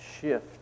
shift